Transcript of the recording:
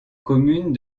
commune